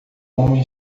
homem